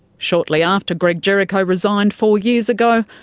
shortly after greg jericho resigned four years ago,